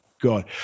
god